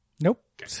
Nope